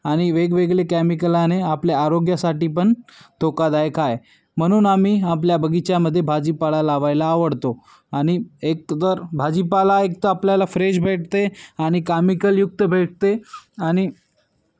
आणि वेगवेगळे कॅमिकलाने आपल्या आरोग्यासाठी पण धोकादायक आहे म्हणून आम्ही आपल्या बगीचामध्ये भाजीपाला लावायला आवडतो आणि एक तर भाजीपाला एक तर आपल्याला फ्रेश भेटते आणि काॅमिकलयुक्त भेटते आणि